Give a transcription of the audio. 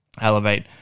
elevate